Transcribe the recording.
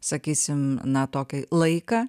sakysim na tokį laiką